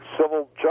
civil